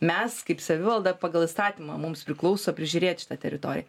mes kaip savivalda pagal įstatymą mums priklauso prižiūrėt šitą teritoriją